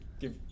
give